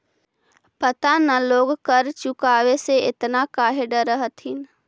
पता न लोग कर चुकावे से एतना काहे डरऽ हथिन